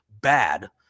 bad